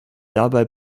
dabei